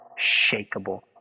unshakable